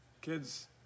Kids